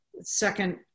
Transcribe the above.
second